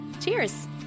cheers